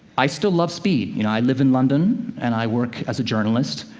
i still love speed. you know, i live in london, and i work as a journalist,